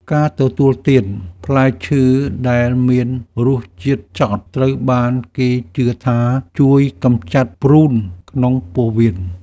ការទទួលទានផ្លែឈើដែលមានរសជាតិចត់ ត្រូវបានគេជឿថាជួយកម្ចាត់ព្រូនក្នុងពោះវៀន។